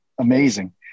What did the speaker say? amazing